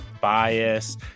bias